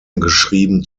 geschrieben